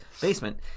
basement